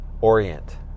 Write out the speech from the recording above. orient